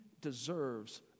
deserves